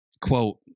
quote